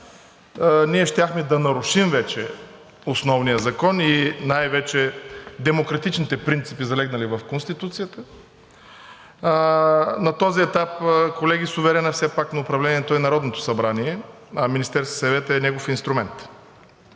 щяхме да нарушим вече Основния закон и най-вече демократичните принципи, залегнали в Конституцията. На този етап, колеги, суверенът на управлението все пак е Народното събрание, а Министерският съвет е негов инструмент.